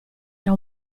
era